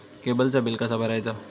केबलचा बिल कसा भरायचा?